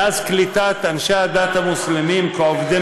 מאז קליטת אנשי הדת המוסלמים כעובדי